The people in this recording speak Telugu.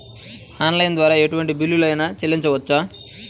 ఆన్లైన్ ద్వారా ఎటువంటి బిల్లు అయినా చెల్లించవచ్చా?